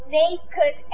naked